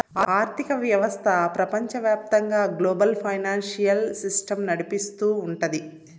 ఆర్థిక వ్యవస్థ ప్రపంచవ్యాప్తంగా గ్లోబల్ ఫైనాన్సియల్ సిస్టమ్ నడిపిస్తూ ఉంటది